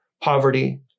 poverty